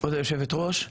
כבוד היושבת ראש,